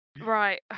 Right